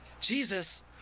Jesus